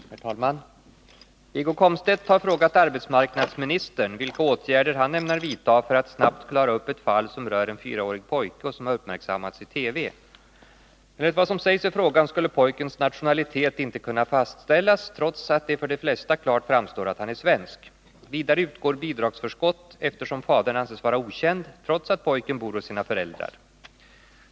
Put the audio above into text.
Herr talman! Wiggo Komstedt har frågat arbetsmarknadsministern vilka åtgärder han ämnar vidta för att snabbt klara upp ett fall som rör en fyraårig pojke och som har uppmärksammats i TV. Enligt vad som sägs i frågan skulle pojkens nationalitet inte kunna fastställas, trots att det för de flesta klart framstår att han är svensk. Vidare utgår bidragsförskott eftersom fadern anses vara okänd, trots att pojken bor hos sina föräldrar.